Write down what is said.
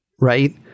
right